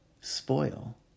spoil